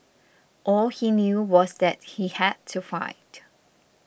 all he knew was that he had to fight